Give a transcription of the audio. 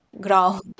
ground